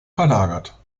verlagert